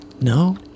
No